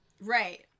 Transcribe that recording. Right